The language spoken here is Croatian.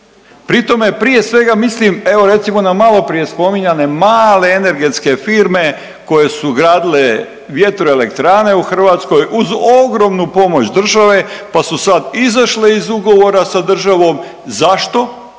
prije svega mislim evo recimo na maloprije spominjane male energetske firme koje su gradile vjetroelektrane u Hrvatskoj uz ogromnu pomoć države, pa su sad izašle iz ugovora sa državom, zašto?